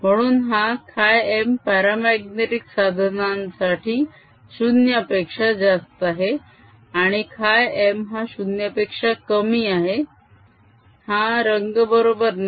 म्हणून हा χm paramagnetic साधनांसाठी 0 पेक्षा जास्त आहे आणि χm हा 0 पेक्षा कमी आहे हा रंग बरोबर नाही